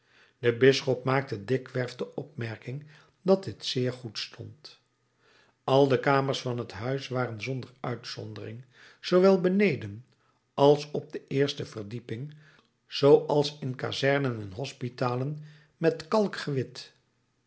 de bisschop maakte dikwerf de opmerking dat dit zeer goed stond al de kamers van het huis waren zonder uitzondering zoowel beneden als op de eerste verdieping zooals in kazernen en hospitalen met kalk gewit